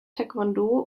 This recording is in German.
taekwondo